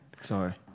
Sorry